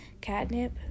Catnip